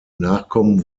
nachkommen